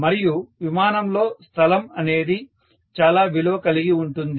మరియు విమానంలో స్థలం అనేది చాలా విలువ కలిగి ఉంటుంది